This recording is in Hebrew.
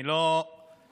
אני לא מקנא